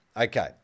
Okay